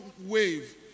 wave